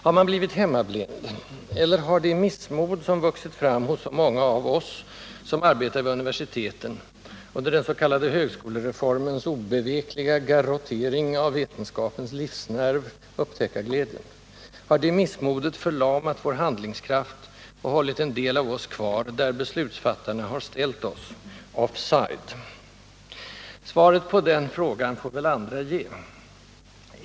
Har man blivit hemmablind, eller har det missmod som vuxit fram hos så många av oss, som arbetar vid universiteten, under den så kallade högskolereformens obevekliga garrottering av vetenskapens livsnerv — upptäckarglädjen — förlamat vår handlingskraft och hållit en del av oss kvar där beslutsfattarna har ställt oss — ”off Svaret på den frågan får väl andra ge.